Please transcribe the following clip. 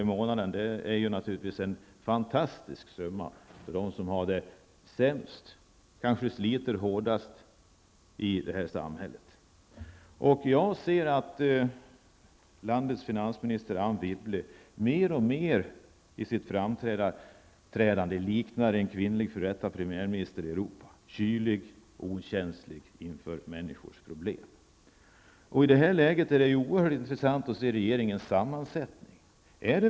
i månaden är en fantastisk summa för de som har det sämst och kanske sliter hårdast i samhället. Jag ser att landets finansminister Anne Wibble i sitt framträdande mer och mer liknar en kvinnlig f.d. premiärminister i Europa -- kylig och okänslig inför människors problem. I det här läget är det oerhört intressant att se på regeringens sammansättning.